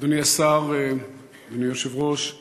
השר, אדוני היושב-ראש,